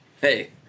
hey